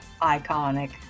iconic